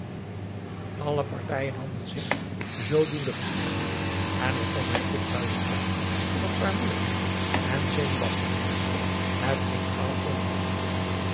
alle partijen hadden zich zoodoende geschikt en al kon hij ook buien krijgen van zwaarmoedigheid en zenuwachtig worden het ging gauw over